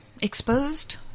Exposed